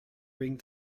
ring